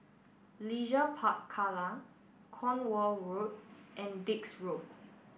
Leisure Park Kallang Cornwall Road and Dix Road